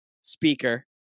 speaker